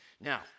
Now